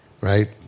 right